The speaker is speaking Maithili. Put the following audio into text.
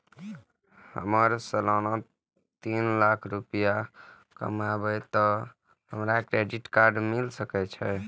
हमर सालाना तीन लाख रुपए कमाबे ते हमरा क्रेडिट कार्ड मिल सके छे?